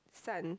son